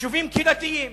יישובים קהילתיים